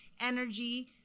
energy